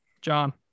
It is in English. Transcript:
John